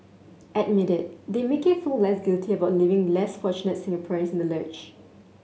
admit it they make you feel less guilty about leaving less fortunate Singaporeans in the lurch